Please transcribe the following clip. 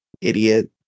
idiot